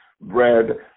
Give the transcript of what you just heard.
bread